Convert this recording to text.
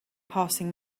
passing